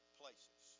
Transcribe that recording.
places